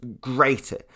greater